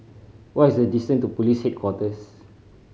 what is the distance to Police Headquarters